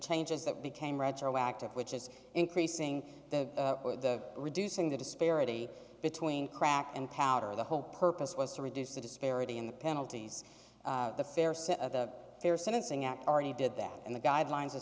changes that became retroactive which is increasing the the reducing the disparity between crack and powder the whole purpose was to reduce the disparity in the penalties the fair set of the fair sentencing act already did that and the guidelines